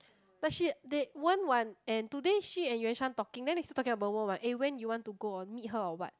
but she they Wen-Wan and today she and Yuan-Shan talking then is talking about Wen-Wan eh when you want to go oh meet her or what